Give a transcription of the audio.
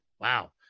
wow